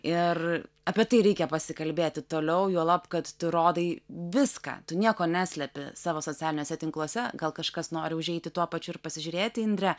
ir apie tai reikia pasikalbėti toliau juolab kad tu rodai viską tu nieko neslepi savo socialiniuose tinkluose gal kažkas nori užeiti tuo pačiu ir pasižiūrėti indre